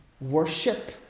worship